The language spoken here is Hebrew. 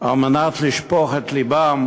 על מנת לשפוך את לבם